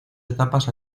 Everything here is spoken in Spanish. etapas